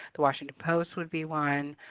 washington post would be one